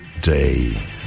day